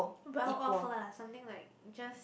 well off lah something like just